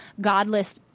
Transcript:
godless